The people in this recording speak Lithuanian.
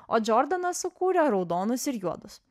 o džordanas sukūrė raudonus ir juodus